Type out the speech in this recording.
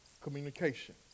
communication